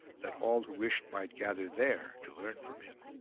that all who wished might gather there to learn from him.